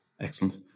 Excellent